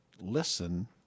listen